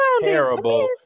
terrible